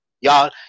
Y'all